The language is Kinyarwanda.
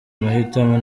mahitamo